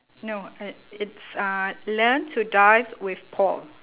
no it it's uh learn to dive with paul